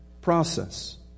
process